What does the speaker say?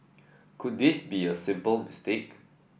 could this be a simple mistake